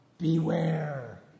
Beware